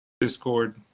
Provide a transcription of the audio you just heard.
Discord